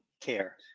care